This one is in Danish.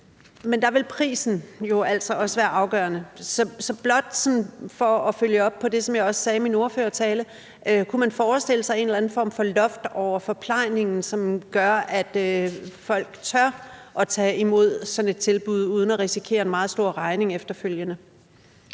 men der vil prisen altså også være afgørende. Det er blot for at følge op på det, som jeg også sagde i min ordførertale: Kunne man forestille sig en eller anden form for loft over forplejningen, som gør, at folk tør tage imod sådan et tilbud uden at risikere en meget stor regning efterfølgende?